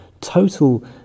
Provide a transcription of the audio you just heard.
total